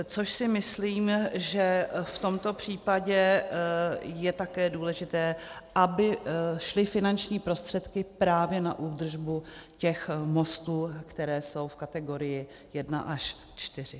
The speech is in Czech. Což si myslím, že v tomto případě je také důležité, aby šly finanční prostředky právě na údržbu těch mostů, které jsou v kategorii 1 až 4.